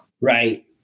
right